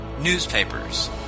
newspapers